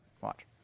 watch